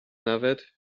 nawet